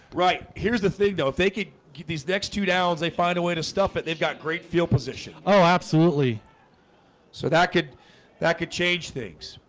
right? here's the thing though if they could keep these next two downs, they find a way to stuff it. they've got great field position oh, absolutely so that could that could change things.